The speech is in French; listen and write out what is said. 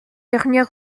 dernier